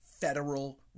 Federal